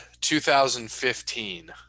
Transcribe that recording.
2015